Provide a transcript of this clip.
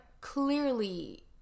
clearly